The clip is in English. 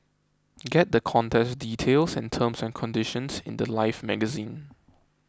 get the contest details and terms and conditions in the Life magazine